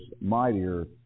mightier